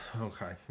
Okay